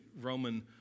Roman